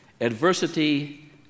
Adversity